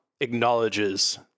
acknowledges